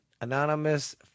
Anonymous